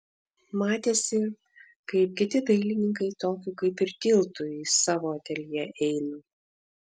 matėsi kaip kiti dailininkai tokiu kaip ir tiltu į savo ateljė eina